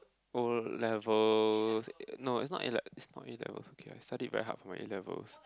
O-levels no is not A-levels is not A-levels okay I studied very hard for my A-levels